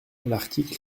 l’article